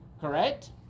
correct